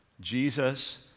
Jesus